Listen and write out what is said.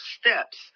steps